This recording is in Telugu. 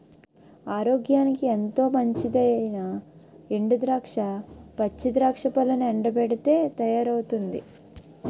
ఆరోగ్యానికి ఎంతో మంచిదైనా ఎండు ద్రాక్ష, పచ్చి ద్రాక్ష పళ్లను ఎండబెట్టితే తయారవుతుంది